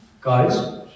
Guys